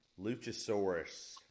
Luchasaurus